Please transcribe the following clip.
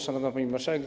Szanowna Pani Marszałek!